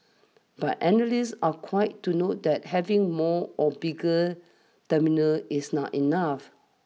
but analysts are quite to note that having more or bigger terminals is not enough